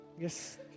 Yes